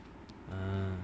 uh